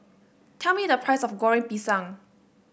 tell me the price of Goreng Pisang